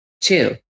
Two